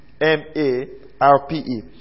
M-A-R-P-E